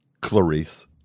Clarice